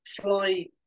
Fly